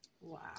Wow